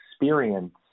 experience